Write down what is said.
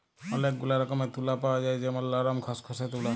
ওলেক গুলা রকমের তুলা পাওয়া যায় যেমল লরম, খসখসে তুলা